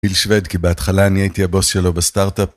גיל שוויד כי בהתחלה אני הייתי הבוס שלו בסטארט-אפ.